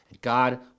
God